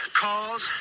calls